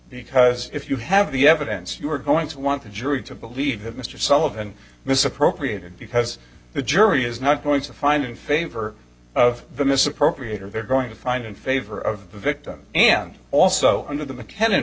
because if you have the evidence you are going to want the jury to believe that mr sullivan misappropriated because the jury is not going to find in favor of the misappropriated they're going to find in favor of the victim and also under the